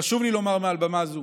חשוב לי לומר מעל בימה זו